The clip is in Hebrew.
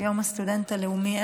יום הסטודנט הלאומי,